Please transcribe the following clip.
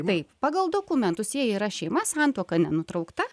taip pagal dokumentus jie yra šeima santuoka nenutraukta